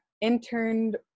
interned